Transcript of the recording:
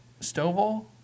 Stovall